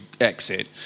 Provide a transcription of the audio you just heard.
exit